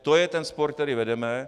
To je ten spor, který vedeme.